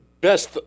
best